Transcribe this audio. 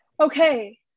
Okay